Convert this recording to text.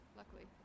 luckily